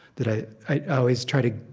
that i i always try to,